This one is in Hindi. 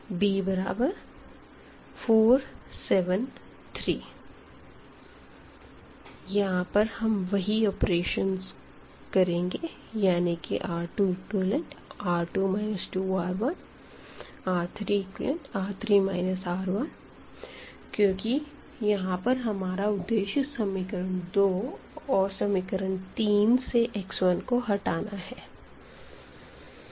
b4 7 3 यहां पर हम वही ऑपरेशन करेंगे यानी कि R2R2 2R1 and R3R3 R1 क्योंकि यहां पर हमारा उद्देश्य इक्वेशन 2 और इक्वेशन 3 से x1 को हटाना है